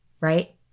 right